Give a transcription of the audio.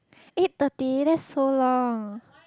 eight thirty that's so long